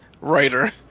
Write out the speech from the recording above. writer